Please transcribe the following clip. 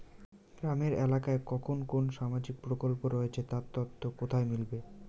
গ্রামের এলাকায় কখন কোন সামাজিক প্রকল্প রয়েছে তার তথ্য কোথায় মিলবে?